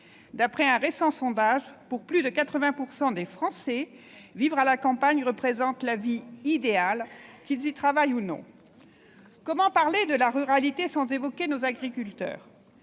D'après un récent sondage, pour plus de 80 % des Français, vivre à la campagne représente la vie idéale, qu'ils y travaillent ou non. Comment parler de la ruralité sans évoquer nos agriculteurs ?